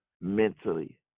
mentally